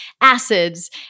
acids